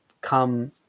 come